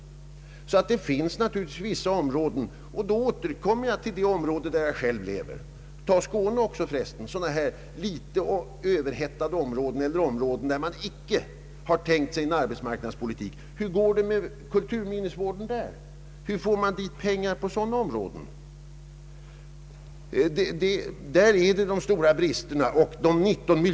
Men hur går det då med kulturminnesvården inom andra områden? Jag vill i detta sammanhang återigen peka på min egen hemtrakt och t.ex. på Skåne — Över huvud taget på sådana områden som är sysselsättningsmässigt överhettade eller som åtminstone inte kräver arbetsmarknadspolitiska åtgärder. Hur får man pengar inom sådana områden? Det är där som de stora bristerna finns.